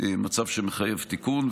מצב שמחייב תיקון.